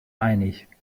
einig